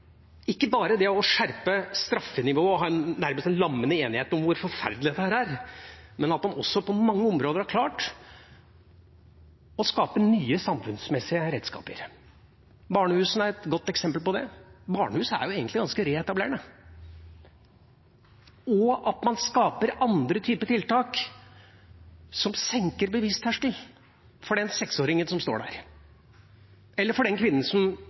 ikke bare å skjerpe straffenivået og ha en nærmest lammende enighet om hvor forferdelig dette er, men at man også på mange områder har klart å skape nye samfunnsmessige redskaper. Barnehusene er et godt eksempel på det. Barnehus er egentlig ganske reetablerende. Man skaper andre typer tiltak som senker bevisterskelen for den seksåringen som står der, eller for den kvinnen som